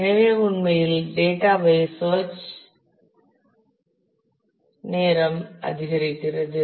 எனவே உண்மையில் டேட்டா ஐத் சேர்ச் நேரம் அதிகரிக்கிறது